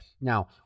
Now